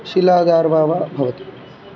शिलादार्वा वा भवति